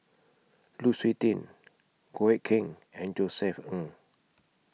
Lu Suitin Goh Eck Kheng and Josef Ng